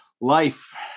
Life